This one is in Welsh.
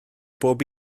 bob